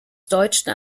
deutschen